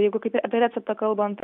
jeigu kaip apie receptą kalbant